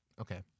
Okay